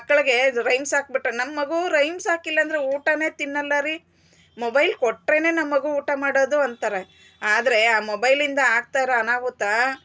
ಮಕ್ಳಿಗೆ ರೈಮ್ಸ್ ಹಾಕ್ಬಿಟ್ಟು ನನ್ ಮಗು ರೈಮ್ಸ್ ಹಾಕಿಲ್ಲ ಅಂದ್ರೆ ಊಟನೆ ತಿನ್ನಲ್ಲರಿ ಮೊಬೈಲ್ ಕೊಟ್ರೇನೆ ನಮ್ಮಗು ಊಟ ಮಾಡೋದು ಅಂತಾರೆ ಆದ್ರೆ ಆ ಮೊಬೈಲಿಂದ ಆಗ್ತಾ ಇರೋ ಅನಾಹುತ